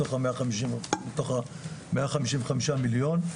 מתוך המאה חמישים וחמישה מיליון.